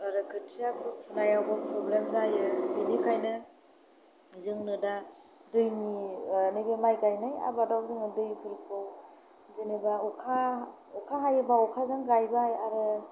आरो खोथिया फुनायाव प्रब्लेम जायो बिनिखायनो जोंनो दा जोंनो नैबे माइ गायनाय आबादाव जोंनो दैफोरखौ जेनेबा अखा अखा हायोब्ला अखाजों गायबाय आरो